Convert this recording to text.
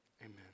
Amen